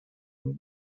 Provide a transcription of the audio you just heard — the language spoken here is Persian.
میمرد